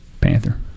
Panther